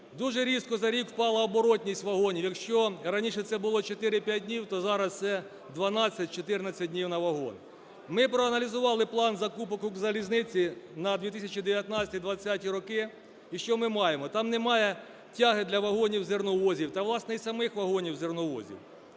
Дуже різко за рік впала оборотність вагонів. Якщо раніше це було 4-5 днів, то зараз це 12-14 днів на вагон. Ми проаналізували план закупок "Укрзалізниці" на 2019-2020 роки. І що ми маємо? Там немає тяги для вагонів-зерновозів та, власне, і самих вагонів-зерновозів,